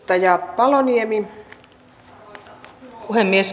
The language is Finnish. arvoisa rouva puhemies